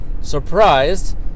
Surprised